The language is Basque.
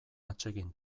atsegin